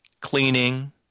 cleaning